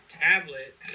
tablet